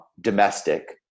domestic